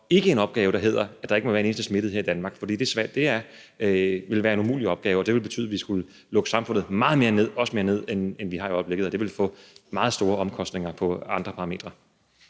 løse. Det handler ikke om, at der ikke må være en eneste smittet her i Danmark, for det vil være en umulig opgave at løse, og det ville betyde, at vi skulle lukke samfundet meget mere ned, også mere ned, end vi gør i øjeblikket, og det ville få meget store omkostninger på andre parametre.